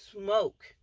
smoke